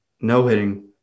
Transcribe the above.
no-hitting